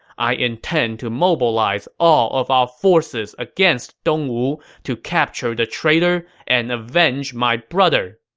i intend to mobilize all of our forces against dongwu to capture the traitor and avenge my brother!